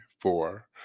four